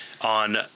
on